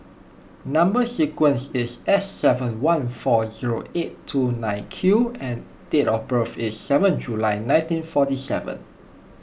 Number Sequence is S seven one four zero eight two nine Q and date of birth is seven July nineteen forty seven